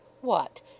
What